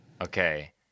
Okay